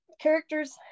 characters